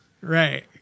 Right